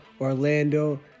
orlando